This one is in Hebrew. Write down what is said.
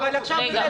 מה לעשות?